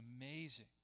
amazing